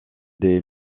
des